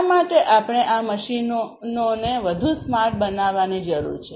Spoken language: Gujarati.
શા માટે આપણે આ મશીનોને વધુ સ્માર્ટ બનાવવાની જરૂર છે